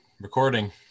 recording